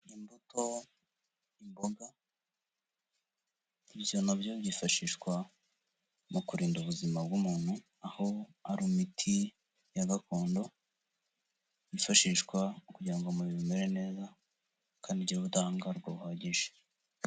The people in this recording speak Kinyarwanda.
Imbuto, imboga, ibyo na byo byifashishwa mu kurinda ubuzima bw'umuntu, aho ari imiti ya gakondo, byifashishwa kugira ngo umubiri umere neza kandi ugire ubudahangarwa buhagije.